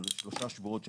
שלושה שבועות,